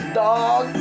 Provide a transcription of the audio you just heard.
dog